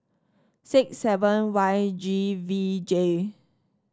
six seven Y G V J